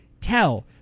tell